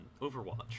overwatch